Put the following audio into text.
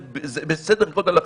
זה בסדר גודל אחר.